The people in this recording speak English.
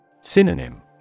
Synonym